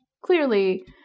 clearly